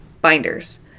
binders